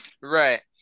Right